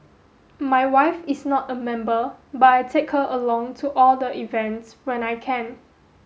my wife is not a member but I take her along to all the events when I can